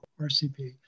RCP